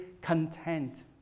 content